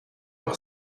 par